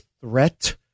threat